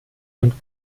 und